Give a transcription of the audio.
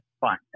fine